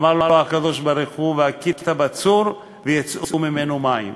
אמר לו הקדוש-ברוך-הוא: "והכית בצור ויצאו ממנו מים".